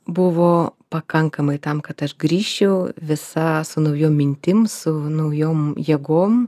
buvo pakankamai tam kad aš grįžčiau visa su naujom mintim su naujom jėgom